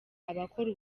abakora